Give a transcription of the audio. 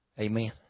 Amen